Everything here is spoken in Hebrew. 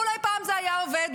ואולי פעם זה היה עובד,